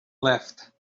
left